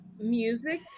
Music